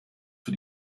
für